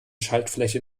schaltfläche